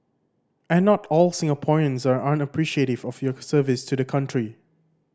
and not all Singaporeans are unappreciative of your service to the country